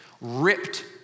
ripped